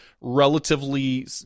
relatively